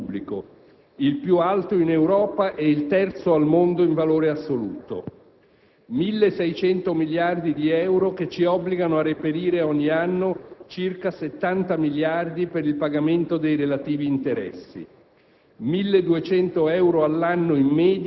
La prima è il gigantesco debito pubblico, il più alto in Europa e il terzo al mondo in valore assoluto: 1.600 miliardi di euro che ci obbligano a reperire ogni anno circa 70 miliardi per il pagamento dei relativi interessi;